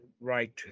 right